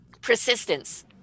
Persistence